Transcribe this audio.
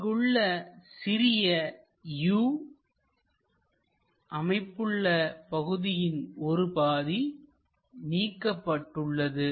இங்குள்ள சிறிய 'U' அமைப்புள்ள பகுதியின் ஒருபாதி நீக்கப்பட்டுள்ளது